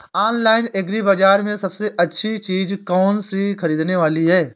Online agri बाजार में सबसे अच्छी चीज कौन सी ख़रीदने वाली है?